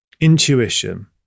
intuition